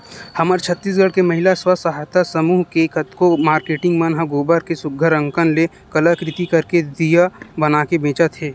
हमर छत्तीसगढ़ के महिला स्व सहयता समूह के कतको मारकेटिंग मन ह गोबर के सुग्घर अंकन ले कलाकृति करके दिया बनाके बेंचत हे